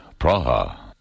Praha